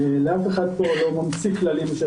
אף אחד לא ממציא כללים.